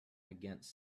against